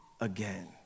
again